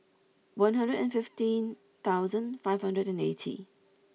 one hundred and fifteen thousand five hundred and eighty